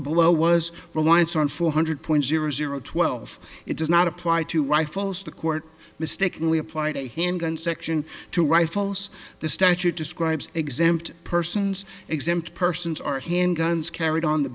below was reliance on four hundred point zero zero twelve it does not apply to rifles the court mistakenly applied a handgun section two rifles the statute describes exempt persons exempt persons are handguns carried on the